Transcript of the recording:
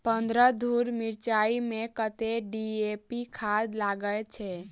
पन्द्रह धूर मिर्चाई मे कत्ते डी.ए.पी खाद लगय छै?